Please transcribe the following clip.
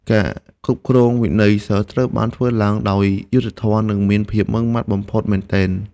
ការគ្រប់គ្រងវិន័យសិស្សត្រូវបានធ្វើឡើងដោយយុត្តិធម៌និងមានភាពម៉ឺងម៉ាត់បំផុតមែនទែន។